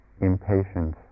Impatience